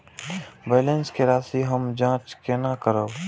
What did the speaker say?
Balance के राशि हम जाँच केना करब?